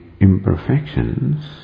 imperfections